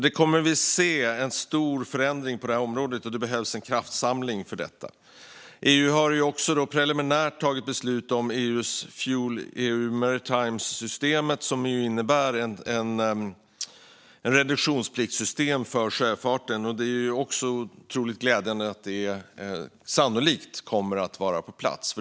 Det kommer att ske en stor förändring på det här området, och det behövs en kraftsamling för detta. EU har preliminärt tagit beslut om FuelEU Maritime-systemet, som innebär ett reduktionspliktssystem för sjöfarten. Det är otroligt glädjande att detta sannolikt kommer att vara på plats.